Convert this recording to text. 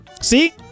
See